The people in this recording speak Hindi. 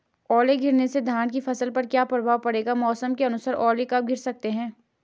ओले गिरना से धान की फसल पर क्या प्रभाव पड़ेगा मौसम के अनुसार ओले कब गिर सकते हैं?